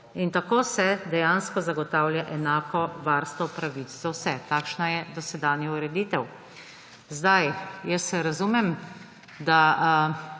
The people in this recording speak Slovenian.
In tako se dejansko zagotavlja enako varstvo pravic za vse. Takšna je dosedanja ureditev. Razumem, da